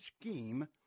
scheme